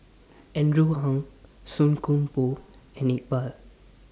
Andrew Ang Song Koon Poh and Iqbal